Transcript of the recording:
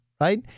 right